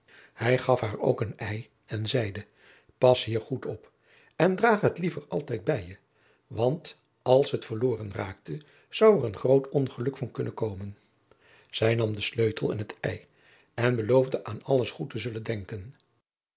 hij gaf haar ook een ei en zeide pas hier goed op en draag het liever altijd bij je want als het verloren raakte zou er een groot ongeluk van kunnen komen zij nam den sleutel en het ei en beloofde aan alles goed te zullen denken